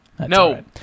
No